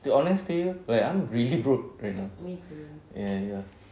to be honest to you I'm really broke right now ya ya